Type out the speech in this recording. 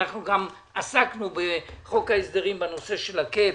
אנחנו גם עסקנו בחוק ההסדרים בנושא של ה-cap,